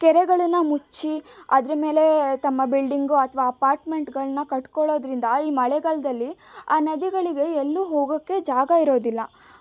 ಕೆರೆಗಳನ್ನು ಮುಚ್ಚಿ ಅದರ ಮೇಲೆ ತಮ್ಮ ಬಿಲ್ಡಿಂಗು ಅಥವಾ ಅಪಾರ್ಟ್ಮೆಂಟ್ಗಳನ್ನ ಕಟ್ಕೋಳೋದ್ರಿಂದ ಈ ಮಳೆಗಾಲದಲ್ಲಿ ಆ ನದಿಗಳಿಗೆ ಎಲ್ಲೂ ಹೋಗೋಕ್ಕೆ ಜಾಗ ಇರೋದಿಲ್ಲ